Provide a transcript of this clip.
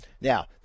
Now